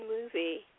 movie